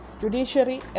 Judiciary